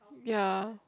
ya